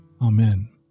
Amen